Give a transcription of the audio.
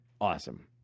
awesome